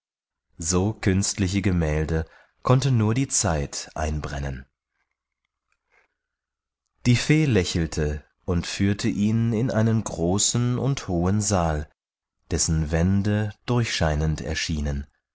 so künstliche gemälde konnte nur die zeit einbrennen die fee lächelte und führte ihn in einen großen und hohen saal dessen wände durchscheinend erschienen